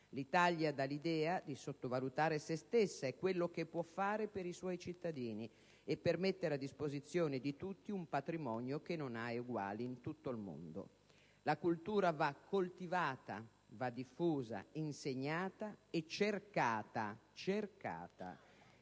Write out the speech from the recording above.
L'Italia dà l'idea di sottovalutare se stessa, quello che può fare per i suoi cittadini e per mettere a disposizione di tutti un patrimonio che non ha eguali in tutto il mondo. La cultura va coltivata, diffusa, insegnata e cercata, ripeto